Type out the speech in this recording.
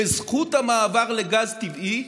בזכות המעבר לגז טבעי,